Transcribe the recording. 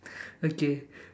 okay